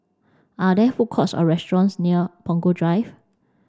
are there food courts or restaurants near Punggol Drive